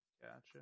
Gotcha